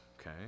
okay